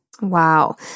Wow